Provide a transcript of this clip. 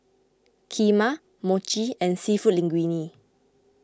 Kheema Mochi and Seafood Linguine